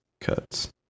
cuts